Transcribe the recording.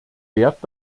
wert